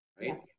right